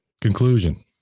conclusion